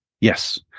Yes